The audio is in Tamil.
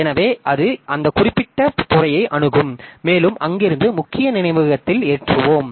எனவே அது அந்த குறிப்பிட்ட துறையை அணுகும் மேலும் அங்கிருந்து முக்கிய நினைவகத்தில் ஏற்றுவோம்